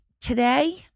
Today